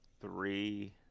three